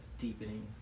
deepening